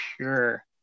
sure